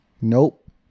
Nope